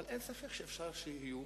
אבל אין ספק שאפשר שיהיו